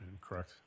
Correct